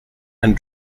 and